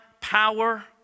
power